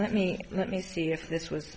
let me let me see if this was